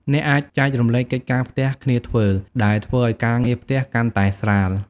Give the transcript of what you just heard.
អ្នកអាច ចែករំលែកកិច្ចការផ្ទះគ្នាធ្វើ ដែលធ្វើឲ្យការងារផ្ទះកាន់តែស្រាល។